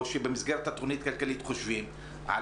או שבמסגרת התכנית הכלכלית חושבים על